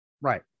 right